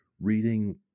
reading